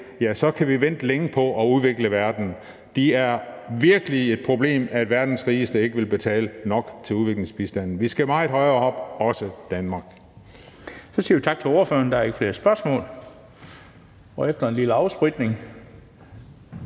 pct., kan vi vente længe på at få udviklet verden. Det er virkelig et problem, at verdens rigeste ikke vil betale nok til udviklingsbistanden. Vi skal meget højere op, også Danmark. Kl. 11:14 Den fg. formand (Bent Bøgsted): Så siger vi tak til ordføreren. Der er ikke flere spørgsmål. Og efter en afspritning